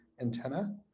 antenna